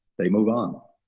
they move on